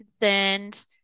concerned